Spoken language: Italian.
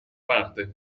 parte